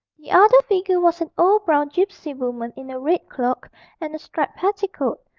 the other figure was an old brown gipsy woman in a red cloak and a striped petticoat,